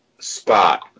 Spot